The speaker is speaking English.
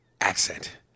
accent